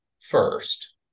first